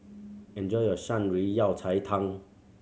enjoy your Shan Rui Yao Cai Tang